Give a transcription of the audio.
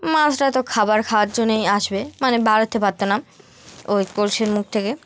মাছরা তো খাবার খাওয়ার জন্যই আসবে মানে বাড়াতে পারত না ওই কলসের মুখ থেকে